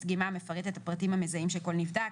דגימה המפרט את הפרטים המזהים של כל נבדק,